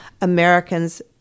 Americans